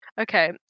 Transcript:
Okay